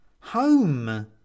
Home